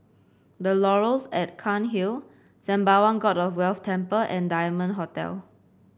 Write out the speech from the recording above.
The Laurels at Cairnhill Sembawang God of Wealth Temple and Diamond Hotel